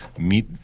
meet